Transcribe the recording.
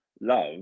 love